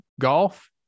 golf